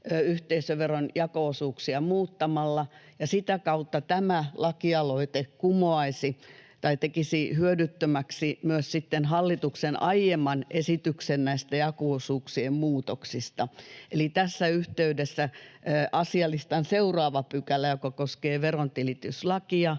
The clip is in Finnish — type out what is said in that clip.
yhteisöveron jako-osuuksia muuttamalla, ja sitä kautta tämä lakialoite tekisi hyödyttömäksi sitten myös hallituksen aiemman esityksen näistä jako-osuuksien muutoksista. Eli tässä yhteydessä asialistan seuraava pykälä, joka koskee verontilityslakia,